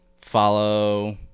Follow